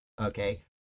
Okay